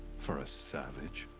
for a savage.